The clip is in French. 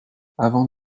avant